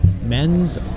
men's